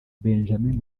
benjamin